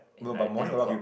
in like ten O-clock